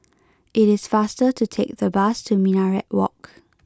it is faster to take the bus to Minaret Walk